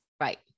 Right